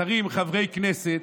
שרים, חברי כנסת,